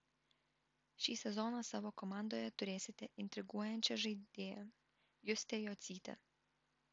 šį sezoną savo komandoje turėsite intriguojančią žaidėją justę jocytę